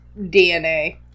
DNA